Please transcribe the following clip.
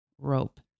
rope